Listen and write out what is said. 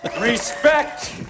Respect